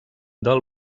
del